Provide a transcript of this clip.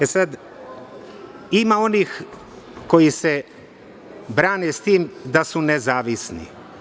Ima onih koji se brane s tim da su nezavisni.